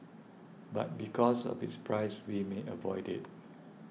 but because of its price we may avoid it